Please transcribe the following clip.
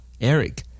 Eric